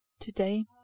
Today